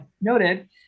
noted